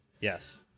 Yes